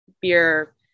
beer